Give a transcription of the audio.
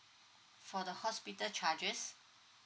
for the hospital charges